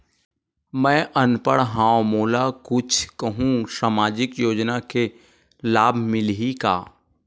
मैं अनपढ़ हाव मोला कुछ कहूं सामाजिक योजना के लाभ मिलही का?